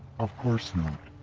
of course not.